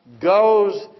goes